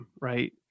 Right